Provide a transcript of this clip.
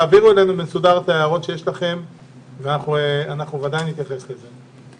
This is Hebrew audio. תעבירו אלינו באופן מסודר את ההערות שיש לכם ובוודאי נתייחס לזה.